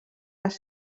les